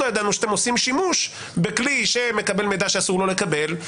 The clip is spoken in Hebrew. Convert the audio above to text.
לא ידענו שאתם עושים שימוש בכלי שמקבל מידע שאסור לו לקבל,